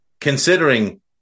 Considering